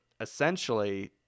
essentially